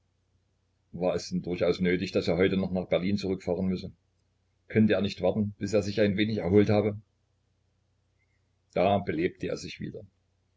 war es denn durchaus nötig daß er heute noch nach berlin zurückfahren müsse könnte er nicht warten bis er sich ein wenig erholt habe da belebte er sich wieder